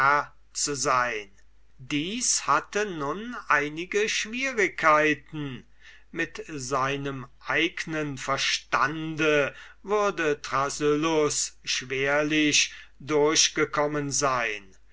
zu sein dies hatte nun einige schwierigkeiten mit seinem eignen verstande würde thrasyllus schwerlich durchgekommen sein